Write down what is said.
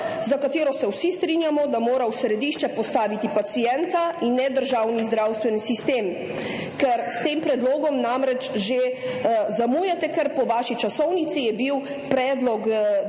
za katero se vsi strinjamo, da mora v središče postaviti pacienta in ne državni zdravstveni sistem? S tem predlogom namreč že zamujate, ker je bil po vaši časovnici dan predlog, da